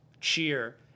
cheer